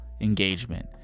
engagement